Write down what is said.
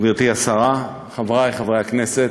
גברתי השרה, חברי חברי הכנסת,